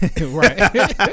Right